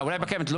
אולי בקיימת.